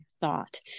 thought